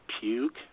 puke